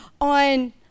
on